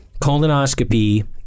colonoscopy